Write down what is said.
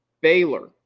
Baylor